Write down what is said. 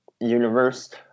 universe